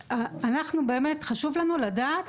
חשוב לנו לדעת,